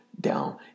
down